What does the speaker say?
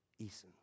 Eason